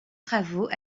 travaux